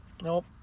Nope